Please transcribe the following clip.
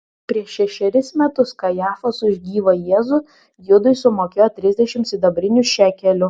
prieš šešerius metus kajafas už gyvą jėzų judui sumokėjo trisdešimt sidabrinių šekelių